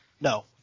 No